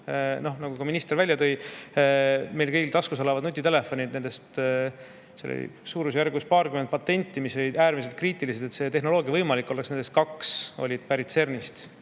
Nagu ka minister välja tõi, meil kõigil taskus olevad nutitelefonid – oli paarkümmend patenti, mis olid äärmiselt kriitilised, et see tehnoloogia võimalik oleks, nendest kaks olid pärit CERN‑ist.